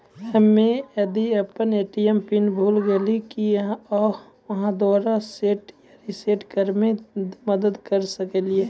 हम्मे यदि अपन ए.टी.एम पिन भूल गलियै, की आहाँ दोबारा सेट या रिसेट करैमे मदद करऽ सकलियै?